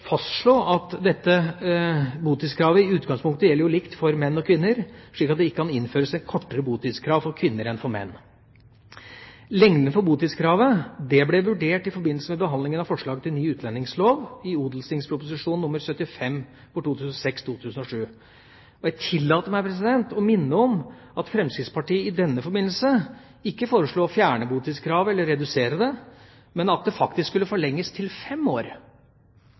fastslå at botidskravet i utgangspunktet gjelder likt for menn og kvinner, slik at det ikke kan innføres et kortere botidskrav for kvinner enn for menn. Lengden på botidskravet ble vurdert i forbindelse med behandlingen av forslag til ny utlendingslov i Ot.prp. nr. 75 for 2006–2007. Jeg tillater meg å minne om at Fremskrittspartiet i denne forbindelse ikke foreslo å fjerne botidskravet eller redusere det, men at det faktisk skulle forlenges til fem år.